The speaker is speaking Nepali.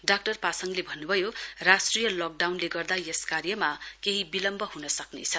डाक्टर पासङले भन्नुभयो राष्ट्रिय लकडाउनले गर्दा यस कार्यमा केही विलम्ब हुन सक्ने छ